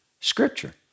Scripture